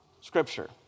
scripture